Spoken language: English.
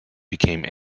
became